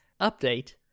Update